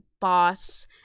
boss